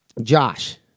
Josh